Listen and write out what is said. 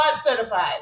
certified